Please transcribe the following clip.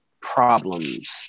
problems